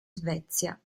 svezia